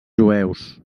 jueus